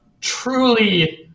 truly